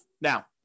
Now